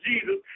Jesus